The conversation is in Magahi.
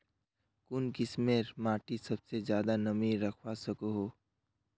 कुन किस्मेर माटी सबसे ज्यादा नमी रखवा सको हो?